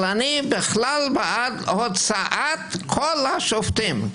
אבל אני בכלל בעד הוצאת כל השופטים,